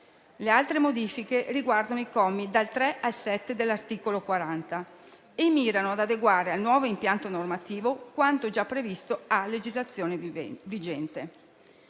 Le altre modifiche riguardano i commi dal 3 al 7 dell'articolo 40 e mirano ad adeguare al nuovo impianto normativo quanto già previsto a legislazione vigente.